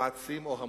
היועצים או המורים.